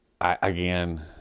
Again